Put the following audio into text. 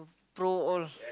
pro all